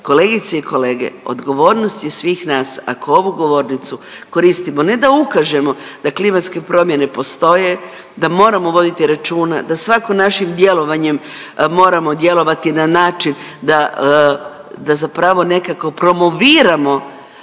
Kolegice i kolege, odgovornost je svih nas ako ovu govornicu koristimo ne da ukažemo da klimatske promjene postoje, da moramo voditi računa da svatko našim djelovanjem moramo djelovati na način da zapravo nekako promoviramo